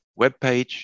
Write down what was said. webpage